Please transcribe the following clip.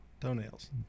Toenails